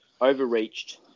overreached